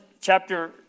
chapter